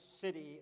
city